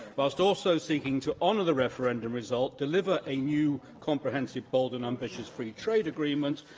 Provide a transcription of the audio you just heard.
whilst also seeking to honour the referendum result, deliver a new comprehensive, bold and ambitious free trade agreement,